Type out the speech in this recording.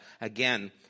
again